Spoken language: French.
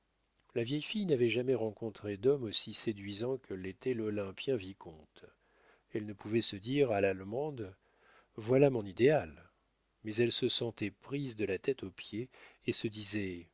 la vieille fille n'avait jamais rencontré d'homme aussi séduisant que l'était l'olympien vicomte elle ne pouvait se dire à l'allemande voilà mon idéal mais elle se sentait prise de la tête aux pieds et se disait